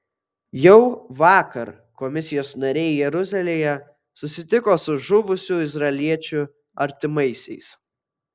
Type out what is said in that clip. jau vakar komisijos nariai jeruzalėje susitiko su žuvusių izraeliečių artimaisiais